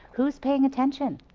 who's paying attention.